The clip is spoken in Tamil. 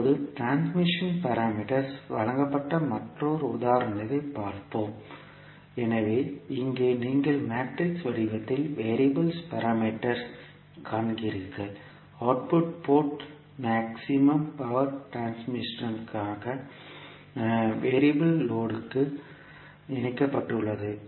இப்போது டிரான்ஸ்மிஷன் பாராமீட்டர்ஸ் வழங்கப்பட்ட மற்றொரு உதாரணத்தைப் பார்ப்போம் எனவே இங்கே நீங்கள் மேட்ரிக்ஸ் வடிவத்தில் வெறியபிள் பாராமீட்டர்ஸ் காண்கிறீர்கள் அவுட்புட் போர்ட் மேக்ஸிமம் பவர் டிரன்ஸ்ஃபர்த்திற்கான வெறியபிள் லோடுக்கு இணைக்கப்பட்டுள்ளது